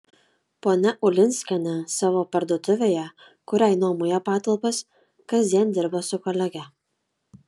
ponia ulinskienė savo parduotuvėje kuriai nuomoja patalpas kasdien dirba su kolege